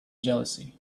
jealousy